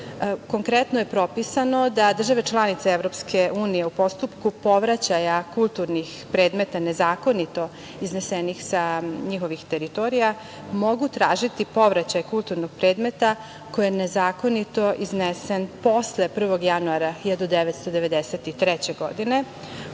članica. Konkretno je propisano da države članice Evropske unije u postupku povraćaja kulturnih predmeta nezakonito iznesenih sa njihovih teritorija mogu tražiti povraćaj kulturnog predmeta koji je nezakonito iznesen posle 1. januara 1993. godine.